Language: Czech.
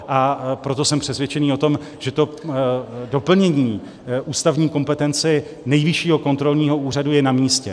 A proto jsem přesvědčený o tom, že doplnění ústavní kompetence Nejvyššího kontrolního úřadu je namístě.